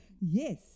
Yes